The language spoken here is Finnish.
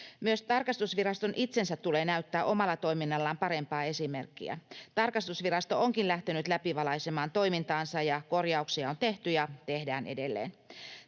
Myös tarkastusviraston itsensä tulee näyttää omalla toiminnallaan parempaa esimerkkiä. Tarkastusvirasto onkin lähtenyt läpivalaisemaan toimintaansa ja korjauksia on tehty ja tehdään edelleen.